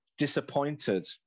disappointed